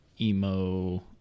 emo